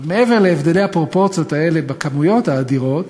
מעבר להבדלי הפרופורציות האלה בכמויות האדירות,